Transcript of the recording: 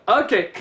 okay